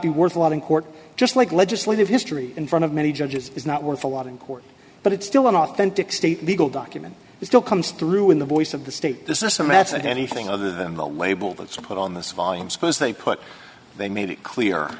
be worth a lot in court just like legislative history in front of many judges is not worth a lot in court but it's still an authentic state legal document it still comes through in the voice of the state this is some have said anything other than the label that's a put on this volume suppose they put they made it clear